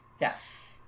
Yes